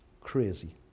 Crazy